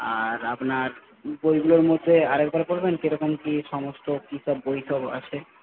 আর আপনার বইগুলোর মধ্যে আরেকবার বলবেন কিরকম কি সমস্ত কিসব বই সব আছে